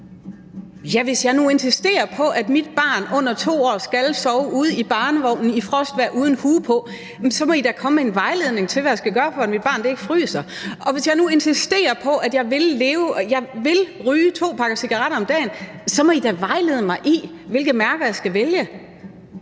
hvis jeg nu insisterer på, at mit barn under 2 år skal sove ude i barnevognen i frostvejr uden hue på? Så må de da komme med en vejledning til, hvad jeg skal gøre, for at mit barn ikke fryser. Og hvis jeg nu insisterer på, at jeg vil ryge to pakker cigaretter om dagen, så må de da vejlede mig i, hvilke mærker jeg skal vælge.